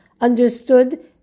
understood